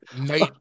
night